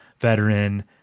veteran